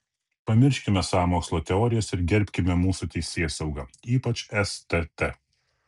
pamirškime sąmokslo teorijas ir gerbkime mūsų teisėsaugą ypač stt